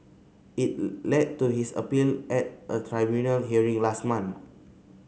it led to his appeal at a tribunal hearing last month